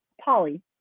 Polly